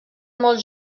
molt